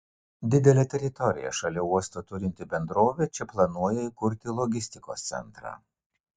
didelę teritoriją šalia uosto turinti bendrovė čia planuoja įkurti logistikos centrą